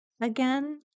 again